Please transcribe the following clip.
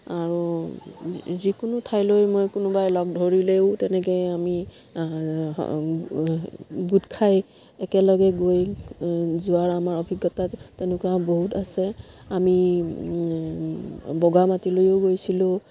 আৰু যিকোনো ঠাইলৈ মই কোনোবাই লগ ধৰিলেও তেনেকৈ আমি গোট খাই একেলগে গৈ যোৱাৰ আমাৰ অভিজ্ঞতা তেনেকুৱা বহুত আছে আমি বগা মাটিলৈও গৈছিলোঁ